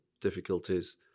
difficulties